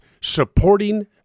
supporting